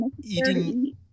eating